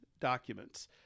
documents